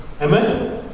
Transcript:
Amen